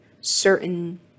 certain